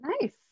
Nice